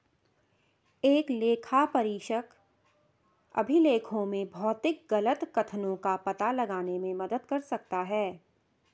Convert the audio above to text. एक लेखापरीक्षक अभिलेखों में भौतिक गलत कथनों का पता लगाने में मदद कर सकता है